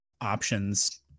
options